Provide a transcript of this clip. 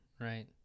Right